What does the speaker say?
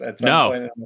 No